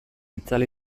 itzala